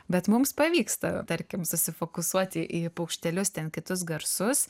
bet mums pavyksta tarkim susifokusuoti į paukštelius ten kitus garsus